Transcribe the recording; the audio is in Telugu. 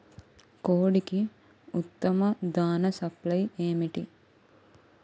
కోడికి ఉత్తమ దాణ సప్లై ఏమిటి?